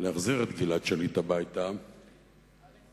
להחזיר את גלעד שליט הביתה, מבחינתי,